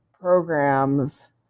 programs